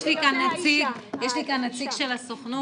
יש לי כאן נציג של הסוכנות,